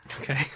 Okay